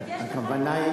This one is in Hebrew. כלומר,